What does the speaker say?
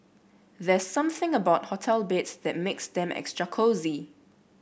there's something about hotel beds that makes them extra cosy